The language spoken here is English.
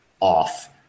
off